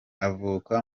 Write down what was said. avuka